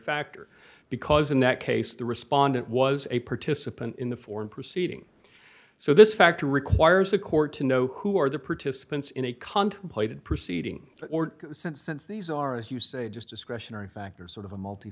factor because in that case the respondent was a participant in the form proceeding so this factor requires the court to know who are the participants in a contemplated proceeding or since since these are as you say just discretionary factors sort of a multi